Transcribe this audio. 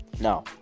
now